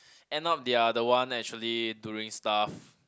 end up they are the one actually doing stuff